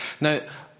Now